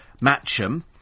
Matcham